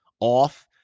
off